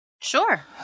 Sure